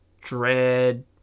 Dread